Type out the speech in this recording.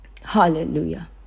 Hallelujah